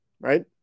right